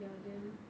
ya then